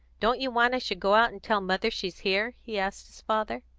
don't you want i should go out and tell mother she's here? he asked his father.